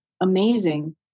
amazing